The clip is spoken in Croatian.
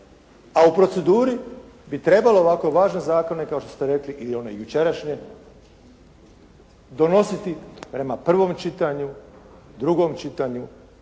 A u proceduri bi trebalo ovako važne zakone kao što ste rekli i one jučerašnje donositi prema prvom čitanju, drugom čitanju,